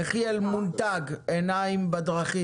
יניב יעקב, "אור ירוק",